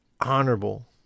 honorable